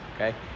okay